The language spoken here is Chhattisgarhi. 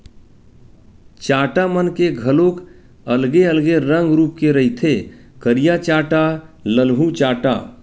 चाटा मन के घलोक अलगे अलगे रंग रुप के रहिथे करिया चाटा, ललहूँ चाटा